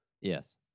Yes